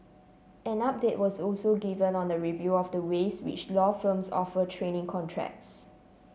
an update was also given on a review of the ways which law firms offer training contracts